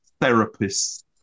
therapists